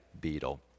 Beetle